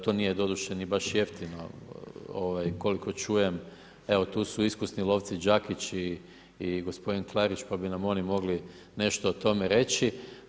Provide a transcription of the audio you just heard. To nije doduše baš niti jeftino koliko čujem, evo tu su iskusni lovci Đakić i gospodin Klarić, pa bi nam oni mogli nešto o tome reći.